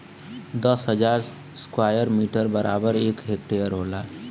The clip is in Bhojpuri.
दस हजार स्क्वायर मीटर बराबर एक हेक्टेयर होला